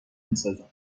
میسازم